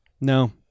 no